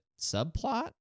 subplot